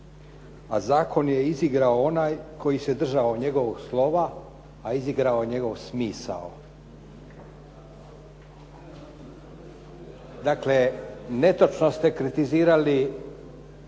a zakon je izigrao onaj koji se držao njegovog slova, a izigrao njegov smisao. Dakle, netočno ste kritizirali,